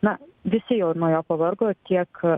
na visi jau nuo jo pavargo tiek